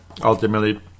ultimately